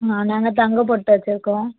நாங்கள் தங்க பொட்டு வச்சுருக்கோம்